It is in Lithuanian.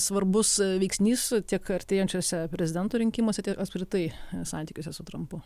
svarbus veiksnys tiek artėjančiuose prezidento rinkimuose apskritai santykiuose su trampu